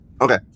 Okay